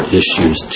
issues